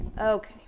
Okay